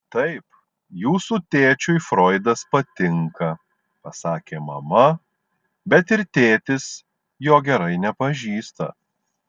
taip jūsų tėčiui froidas patinka pasakė mama bet ir tėtis jo gerai nepažįsta